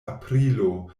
aprilo